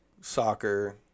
Soccer